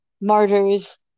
martyrs